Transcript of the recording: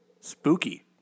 Spooky